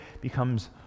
becomes